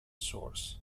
source